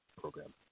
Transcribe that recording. program